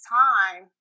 time